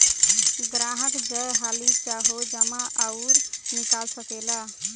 ग्राहक जय हाली चाहो जमा अउर निकाल सकेला